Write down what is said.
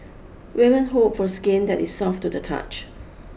women hope for skin that is soft to the touch